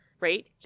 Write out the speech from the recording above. Right